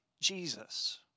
Jesus